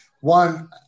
One